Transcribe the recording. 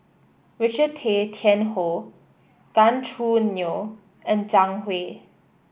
Richard Tay Tian Hoe Gan Choo Neo and Zhang Hui